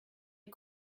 est